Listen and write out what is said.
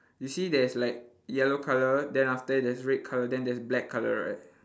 you see there's like yellow colour then after that there's red colour then there's black colour right